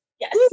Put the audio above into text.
yes